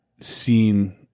seen